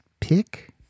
Pick